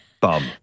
bum